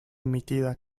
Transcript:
emitida